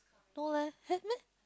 no leh had meh